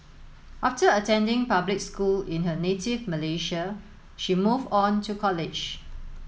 after attending public school in her native Malaysia she moved on to college